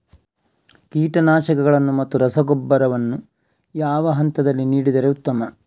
ಕೀಟನಾಶಕಗಳನ್ನು ಮತ್ತು ರಸಗೊಬ್ಬರವನ್ನು ಯಾವ ಹಂತದಲ್ಲಿ ನೀಡಿದರೆ ಉತ್ತಮ?